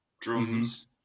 drums